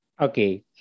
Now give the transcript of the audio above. Okay